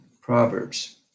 Proverbs